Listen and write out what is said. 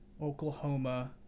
Oklahoma